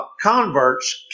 converts